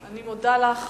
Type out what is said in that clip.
אני מודה לך.